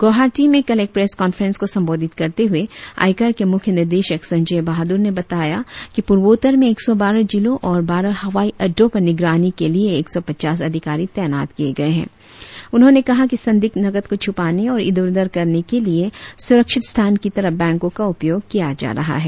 ग्रवाहाटी में कल एक प्रेस कांफ्रेस को संबोधित करते हुए आयकर के मुख्य निर्देशक संजय बाहादुर ने बताया कि पूर्वोत्तर में एक सौ बारह जिलों और बारह हवाई अड्डो पर निगरानी के लिए एक सौ पचास अधिकारी तैनात किए गए है उन्होंने कहा कि संदिग्ध नगद को छुपाने और इधर उधर करने के लिए सुरक्षित स्थान की तरह बैंको का उपयोग किया जा रहा है